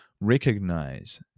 Recognize